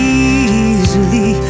easily